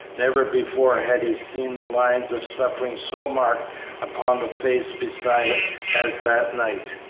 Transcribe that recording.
never before had he seen the lines of suffering so marked upon the face beside him as that night.